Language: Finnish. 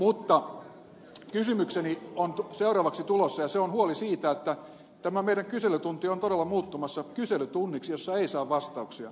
mutta kysymykseni on seuraavaksi tulossa ja se on huoli siitä että tämä meidän kyselytuntimme on todella muuttumassa kyselytunniksi jossa ei saa vastauksia